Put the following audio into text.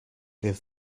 give